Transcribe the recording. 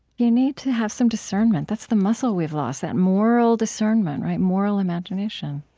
you need to have some discernment. that's the muscle we've lost, that moral discernment, moral imagination